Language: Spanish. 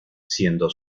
siendo